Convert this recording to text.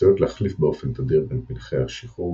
עשויות להחליף באופן תדיר בין פרחי השיחור,